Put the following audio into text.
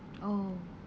oh